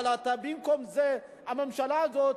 במקום זה, הממשלה הזאת,